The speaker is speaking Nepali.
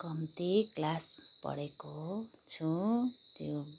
कम्ती क्लास पढेको छु त्यो